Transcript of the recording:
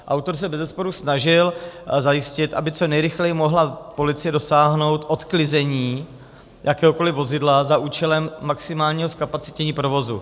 Autor se bezesporu snažil zajistit, aby co nejrychleji mohla policie dosáhnout odklizení jakéhokoli vozidla za účelem maximálního zkapacitnění provozu.